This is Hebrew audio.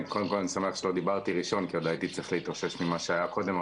שמח שלא דיברתי ראשון כי הייתי צריך להתאושש ממה שהיה קודם.